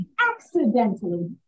accidentally